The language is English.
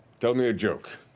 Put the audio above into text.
tell me a joke.